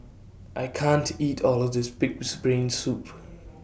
I can't eat All of This Pig'S Brain Soup